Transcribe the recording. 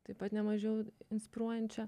taip pat nemažiau inspiruojančią